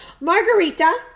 Margarita